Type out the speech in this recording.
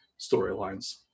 storylines